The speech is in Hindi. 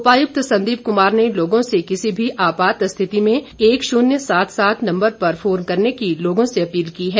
उपायुक्त संदीप कुमार ने लोगों से किसी भी आपात स्थिति में एक शून्य सात सात नम्बर पर फोन करने की अपील की है